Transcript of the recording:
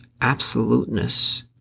absoluteness